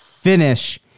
finish